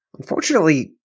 unfortunately